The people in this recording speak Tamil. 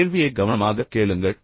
கேள்வியை கவனமாகக் கேளுங்கள்